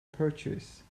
purchase